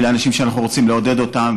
אנשים שאנחנו רוצים לעודד אותם,